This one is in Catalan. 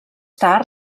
tard